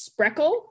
Spreckle